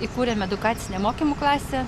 įkūrėm edukacinę mokymo klasę